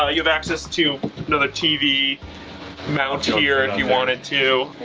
ah you have access to another tv mounted here if you wanted to.